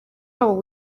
wabo